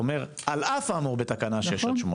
אומר על אף האמור בתקנה 6-8,